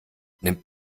nimmt